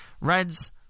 Reds